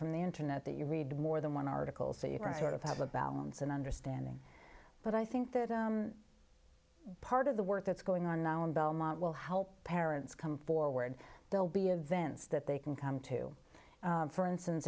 from the internet that you read more than one article so you are sort of have a balance and understanding but i think that part of the work that's going on now in belmont will help parents come forward they'll be events that they can come to for instance